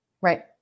Right